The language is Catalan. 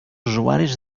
usuaris